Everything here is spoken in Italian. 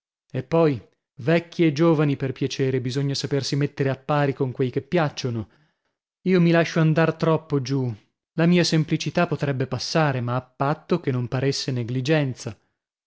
e poi vecchi e giovani per piacere bisogna sapersi mettere a pari con quei che piacciono io mi lascio andar troppo giù la mia semplicità potrebbe passare ma a patto che non paresse negligenza